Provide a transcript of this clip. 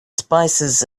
spices